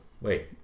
Wait